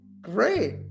Great